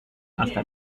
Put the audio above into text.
hasta